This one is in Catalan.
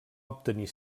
obtenir